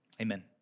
amen